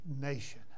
nation